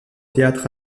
théâtre